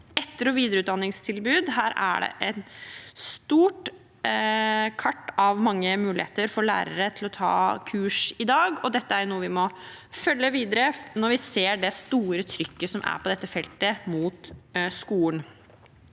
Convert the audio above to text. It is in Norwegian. etterog videreutdanningstilbud, er det i dag et stort kart av muligheter for lærere til å ta kurs, og dette er noe vi må følge opp videre når vi ser det store trykket som er mot skolen